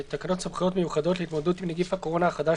תקנות סמכויות מיוחדות להתמודדות עם נגיף הקורונה החדש